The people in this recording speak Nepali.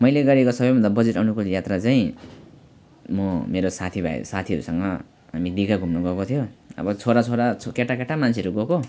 मैले गरेको सबभन्दा बजेट अनुकूल यात्रा चाहिँ म मेरो साथी भाइ साथीहरूसँग हामी दिघा घुम्न गएको थियो अब छोरा छोरा केटा केटा मान्छेहरू गएको होइन